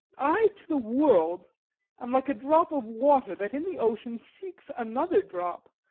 i to the world am like a drop of water that in the ocean seeks another drop,